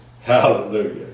Hallelujah